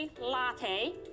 latte